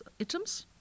items